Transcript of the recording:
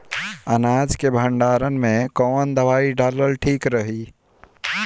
अनाज के भंडारन मैं कवन दवाई डालल ठीक रही?